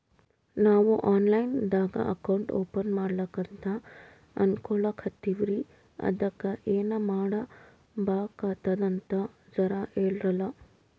ನಾವು online ದಾಗ account open ಮಾಡ್ಲಕಂತ ಅನ್ಕೋಲತ್ತೀವ್ರಿ ಅದಕ್ಕ ಏನ ಮಾಡಬಕಾತದಂತ ಜರ ಹೇಳ್ರಲ?